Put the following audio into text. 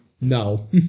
No